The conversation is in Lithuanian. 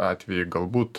atvejai galbūt